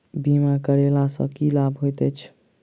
बीमा करैला सअ की लाभ होइत छी?